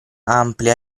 amplia